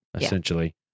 essentially